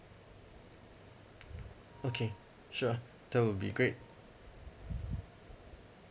okay sure that will be great